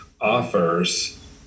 offers